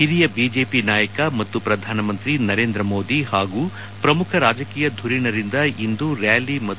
ಹಿರಿಯ ಬಿಜೆಪಿ ನಾಯಕ ಮತ್ತು ಶ್ರಧಾನಮಂತ್ರಿ ನರೇಂದ್ರ ಮೋದಿ ಹಾಗೂ ಶ್ರಮುಖ ರಾಜಕೀಯ ಧುರೀಣರಿಂದ ಇಂದು ರ್ಲಾಲಿ ಮತ್ತು ರೋಡ್ ಶೋ